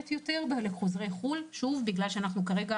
יותר על החוזרים מחו"ל מכיוון שאנחנו רואים כרגע